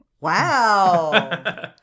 Wow